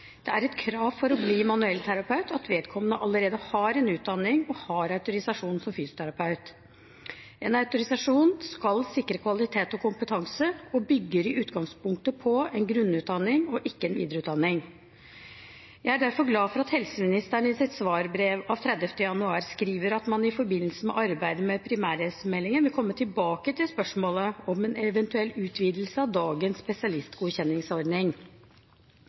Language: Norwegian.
Det er et krav for å bli manuellterapeut at vedkommende allerede har utdanning og autorisasjon som fysioterapeut. En autorisasjon skal sikre kvalitet og kompetanse, og bygger i utgangspunktet på en grunnutdanning og ikke en videreutdanning. Jeg er derfor glad for at helseministeren i sitt svarbrev av 30. januar skriver at man i forbindelse med arbeidet med primærhelsemeldingen vil komme tilbake til spørsmålet om en eventuell utvidelse av dagens spesialistgodkjenningsordning.